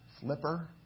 flipper